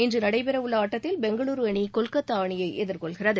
இன்று நடைபெறவுள்ள ஆட்டத்தில் பெங்களுரு அணி கொல்கத்தா அணியை எதிர்கொள்கிறது